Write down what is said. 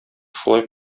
шулай